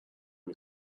این